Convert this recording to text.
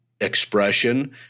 expression